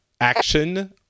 action